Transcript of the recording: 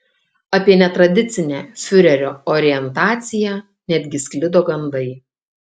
apie netradicinę fiurerio orientaciją netgi sklido gandai